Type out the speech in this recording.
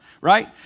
right